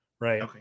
right